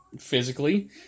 physically